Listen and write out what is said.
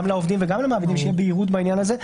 גם לעובדים וגם למעבידים לשם בהירות בעניין הזה,